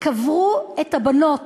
קברו את הבנות